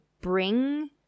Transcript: bring